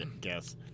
guess